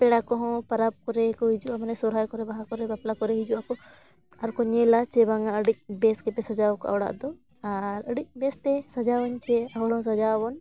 ᱯᱮᱲᱟ ᱠᱚᱦᱚᱸ ᱯᱚᱨᱚᱵᱽ ᱠᱚᱨᱮ ᱠᱚ ᱦᱤᱡᱩᱜᱼᱟ ᱢᱟᱱᱮ ᱥᱚᱨᱦᱟᱭ ᱠᱚᱨᱮ ᱵᱟᱦᱟ ᱠᱚᱨᱮ ᱵᱟᱯᱞᱟ ᱠᱚᱨᱮ ᱦᱤᱡᱩᱜ ᱟᱠᱚ ᱟᱨᱠᱚ ᱧᱮᱞᱟ ᱪᱮ ᱵᱟᱝᱟ ᱟᱹᱰᱤ ᱵᱮᱥ ᱜᱮᱯᱮ ᱥᱟᱡᱟᱣ ᱠᱟᱫᱼᱟ ᱚᱲᱟᱜ ᱫᱚ ᱟᱨ ᱟᱹᱰᱤ ᱵᱮᱥᱛᱮ ᱥᱟᱡᱟᱣᱟᱹᱧ ᱪᱮ ᱦᱚᱲ ᱦᱚᱸ ᱥᱟᱡᱟᱜ ᱟᱵᱚᱱ